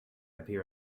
appear